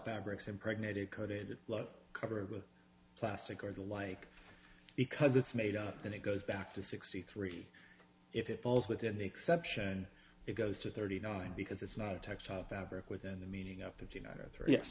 fabrics impregnated coated covered with plastic or the like because it's made up and it goes back to sixty three if it falls within the exception and it goes to thirty nine because it's not a textile fabric within the meaning of fifty nine three yes